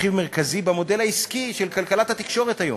רכיב מרכזי במודל העסקי של כלכלת התקשורת היום.